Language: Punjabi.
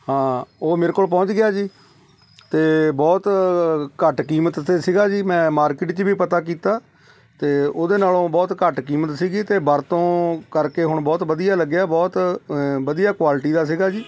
ਹਾਂ ਉਹ ਮੇਰੇ ਕੋਲ ਪਹੁੰਚ ਗਿਆ ਜੀ ਅਤੇ ਬਹੁਤ ਘੱਟ ਕੀਮਤ 'ਤੇ ਸੀਗਾ ਜੀ ਮੈਂ ਮਾਰਕੀਟ 'ਚ ਵੀ ਪਤਾ ਕੀਤਾ ਅਤੇ ਉਹਦੇ ਨਾਲੋਂ ਬਹੁਤ ਘੱਟ ਕੀਮਤ ਸੀਗੀ ਅਤੇ ਵਰਤੋਂ ਕਰਕੇ ਹੁਣ ਬਹੁਤ ਵਧੀਆ ਲੱਗਿਆ ਬਹੁਤ ਅ ਵਧੀਆ ਕੁਆਲਟੀ ਦਾ ਸੀਗਾ ਜੀ